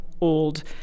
old